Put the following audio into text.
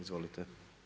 Izvolite.